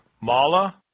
Mala